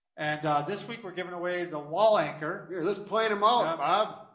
and this week we're giving away the wall anchor. here let's point em out, bob.